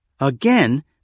Again